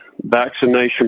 vaccination